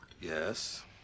Yes